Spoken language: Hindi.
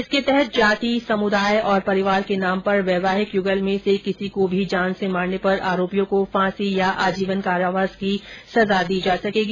इसके तहत जाति समुदाय और परिवार के नाम पर वैवाहिक यूगल में से किसी को भी जान से मारने पर आरोपियों को फांसी या आजीवन कारावास की सजा दी जा सकेगी